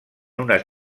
unes